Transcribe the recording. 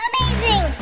Amazing